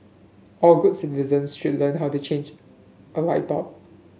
all good citizens should learn how to change a light bulb